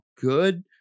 good